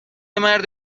مرد